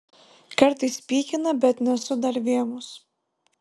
kartais pykina bet nesu dar vėmus